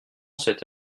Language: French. cette